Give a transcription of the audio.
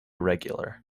regular